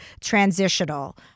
transitional